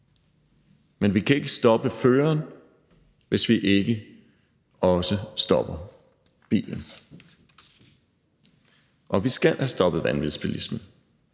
Men vi kan ikke stoppe føreren, hvis vi ikke også stopper bilen, og vi skal have stoppet vanvidsbilisme.